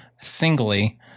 singly